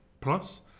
Plus